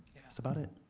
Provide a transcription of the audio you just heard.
that's about it.